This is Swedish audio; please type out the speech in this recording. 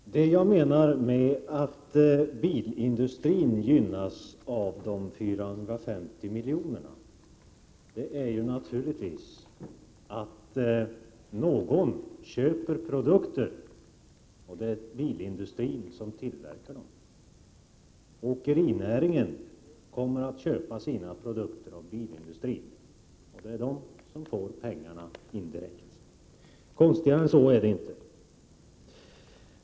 Fru talman! Det jag menar med att bilindustrin gynnas av de 450 miljonerna är att någon köper produkter, och det är bilindustrin som tillverkar dessa produkter. Åkerinäringen kommer att köpa sina produkter av bilindustrin. Det är bilindustrin som får pengarna indirekt. Konstigare än så är det inte.